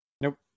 Nope